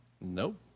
Nope